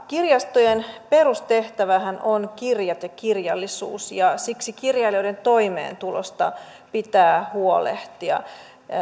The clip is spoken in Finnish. kirjastojen perustehtävähän on kirjat ja kirjallisuus ja siksi kirjailijoiden toimeentulosta pitää huolehtia